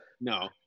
No